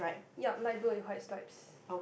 yup light blue with white stripes